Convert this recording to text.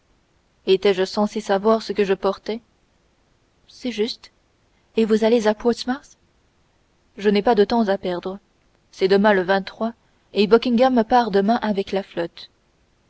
étais-je censé savoir ce que je portais c'est juste et vous allez à portsmouth je n'ai pas de temps à perdre c'est demain le et buckingham part demain avec la flotte